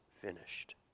finished